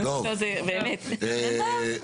בבקשה לירון.